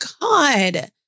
God